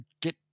get